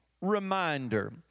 reminder